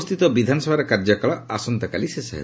ଉପସ୍ଥିତ ବିଧାନସଭାର କାର୍ଯ୍ୟକାଳ ଆସନ୍ତାକାଲି ଶେଷ ହେବ